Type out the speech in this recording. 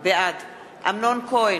בעד אמנון כהן,